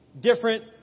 different